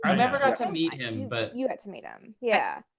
um never got to meet him, but you got to meet him. yeah.